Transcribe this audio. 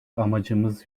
amacımız